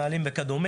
נהלים וכד'.